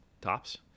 tops